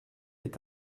est